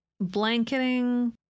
blanketing